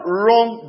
wrong